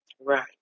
Right